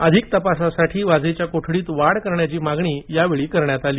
अधिक तपासासाठी वाझेच्या कोठडीत वाढ करण्याची मागणी करण्यात आली